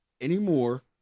anymore